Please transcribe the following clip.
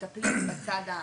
מטפלים בצד האכיפתי,